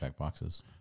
checkboxes